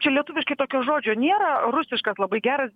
čia lietuviškai tokio žodžio nėra rusiškas labai geras